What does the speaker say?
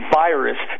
virus